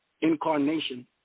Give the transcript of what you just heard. Incarnation